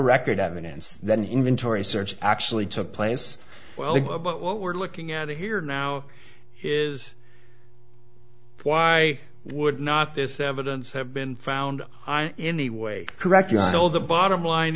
record evidence that an inventory search actually took place well but what we're looking at here now is why would not this evidence have been found anyway correct you know the bottom line